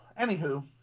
Anywho